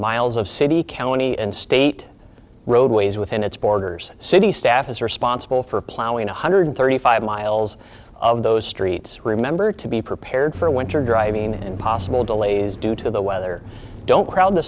miles of city county and state roadways within its borders city staff is responsible for plowing one hundred thirty five miles of those streets remember to be prepared for winter driving and possible delays due to the weather don't crowd the